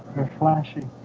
flashing